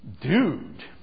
dude